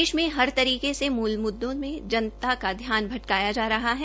देश में हर तरीके से मूल मुद्दों से जनता का ध्यान भटकाया जा रहा है